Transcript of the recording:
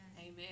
amen